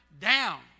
down